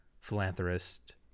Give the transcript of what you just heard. philanthropist